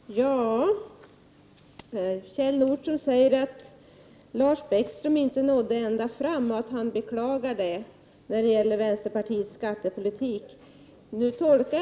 Fru talman! Kjell Nordström säger att Lars Bäckström inte nådde ända fram med vänsterpartiets skattepolitik, och han beklagar det.